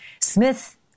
Smith